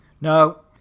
No